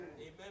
Amen